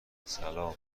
سلام